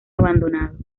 abandonado